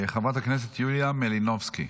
חברת הכנסת יוליה מלינובסקי.